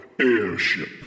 airship